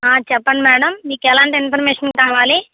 ఆ చెప్పండి మేడం మీకు ఎలాంటి ఇన్ఫర్మేషన్ కావాలి